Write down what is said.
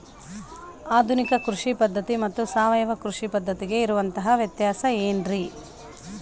ಆಧುನಿಕ ಕೃಷಿ ಪದ್ಧತಿ ಮತ್ತು ಸಾವಯವ ಕೃಷಿ ಪದ್ಧತಿಗೆ ಇರುವಂತಂಹ ವ್ಯತ್ಯಾಸ ಏನ್ರಿ?